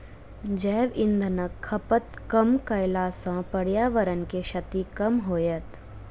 जैव इंधनक खपत कम कयला सॅ पर्यावरण के क्षति कम होयत